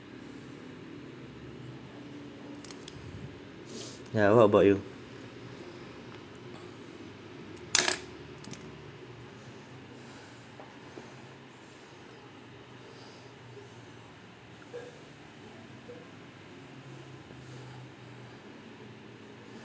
ya what about you